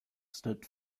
stood